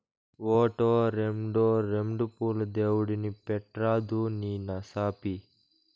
ఓటో, రోండో రెండు పూలు దేవుడిని పెట్రాదూ నీ నసాపి